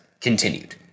continued